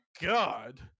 god